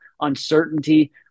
uncertainty